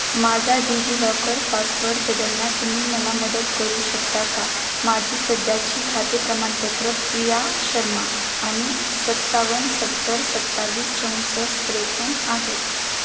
माझा डिजिलॉकर पासवर्ड बदलण्यात तुम्ही मला मदत करू शकता का माझी सध्याची खाते प्रमाणपत्रं प्रिया शर्मा आणि सत्तावन्न सत्तर सत्तावीस चौसष्ट त्रेपन्न आहेत